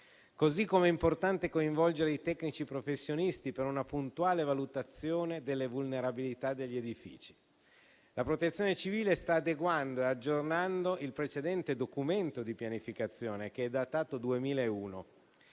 così come è importante coinvolgere i tecnici professionisti per una puntuale valutazione delle vulnerabilità degli edifici. La Protezione civile sta adeguando e aggiornando il precedente documento di pianificazione, che è datato 2001.